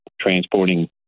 transporting